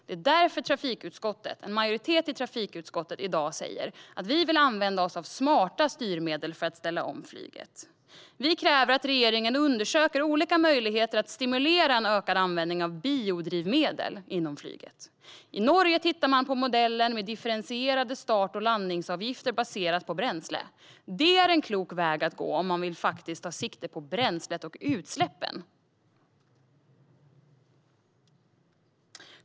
Det är därför en majoritet i trafikutskottet i dag säger att vi vill använda oss av smarta styrmedel för att ställa om flyget. Vi kräver att regeringen undersöker olika möjligheter att stimulera en ökad användning av biodrivmedel inom flyget. I Norge tittar man på modellen med differentierade start och landningsavgifter baserat på bränsle. Det är en klok väg att gå om man faktiskt vill ta sikte på bränslet och utsläppen.